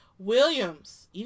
Williams